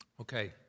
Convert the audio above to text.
Okay